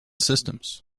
systems